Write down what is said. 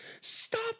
stop